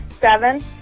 Seven